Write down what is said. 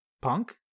punk